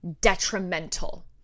detrimental